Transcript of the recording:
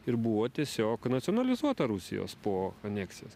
ir buvo tiesiog nacionalizuota rusijos po aneksijos